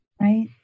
Right